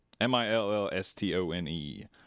m-i-l-l-s-t-o-n-e